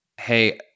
hey